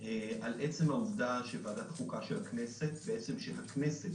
על עצם העובדה שוועדת החוקה של הכנסת בעצם הכנסת